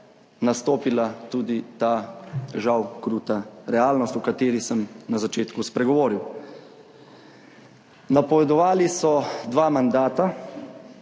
nastopila tudi ta, žal, kruta realnost, o kateri sem na začetku spregovoril. Napovedovali so dva mandata